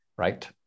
right